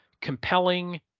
compelling